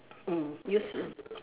mm useless